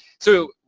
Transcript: so,